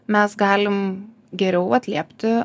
mes galim geriau atliepti